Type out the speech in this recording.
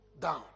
down